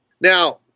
Now